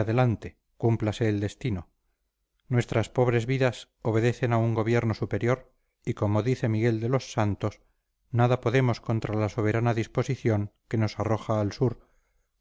adelante cúmplase el destino nuestras pobres vidas obedecen a un gobierno superior y como dice miguel de los santos nada podemos contra la soberana disposición que nos arroja al sur